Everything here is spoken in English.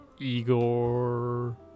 Igor